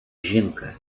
жінка